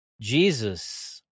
Jesus